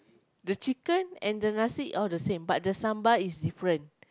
the chicken and the nasi all the same but the sambal is different